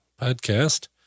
podcast